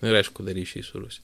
na ir aišku dar ryšiai su rusija